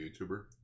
YouTuber